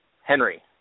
Henry